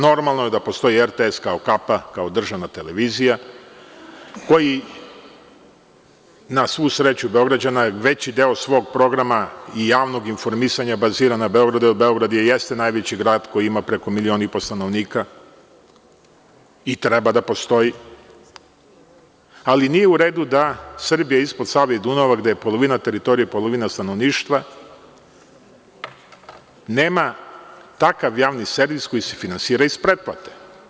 Normalno je da postoji RTS, kao kapa, kao državna televizija, koji, na svu sreću Beograđana, veći deo svog programa i javnog informisanja bazira na Beogradu, jer Beograd i jeste najveći grad koji ima preko milion i po stanovnika, i treba da postoji, ali nije u redu da Srbija ispod Save i Dunava, gde je polovina teritorije, polovina stanovništva, nema takav javni servis koji se finansira iz pretplate.